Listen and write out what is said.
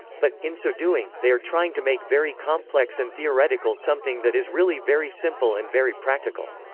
but, in so doing, they are trying to make very complex and theoretical something that is really very simple and very practical.